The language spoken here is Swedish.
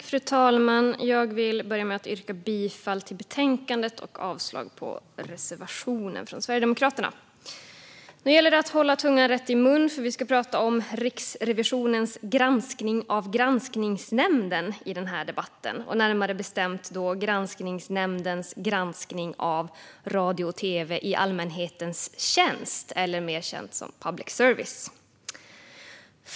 Fru talman! Jag vill börja med att yrka bifall till utskottets förslag i betänkandet och avslag på reservationen från Sverigedemokraterna. Fru talman! Nu gäller det att hålla tungan rätt i mun, för vi ska prata om Riksrevisionens granskning av granskningsnämnden i den här debatten. Det gäller närmare bestämt granskningsnämndens granskning av radio och tv i allmänhetens tjänst, mer känt som public service.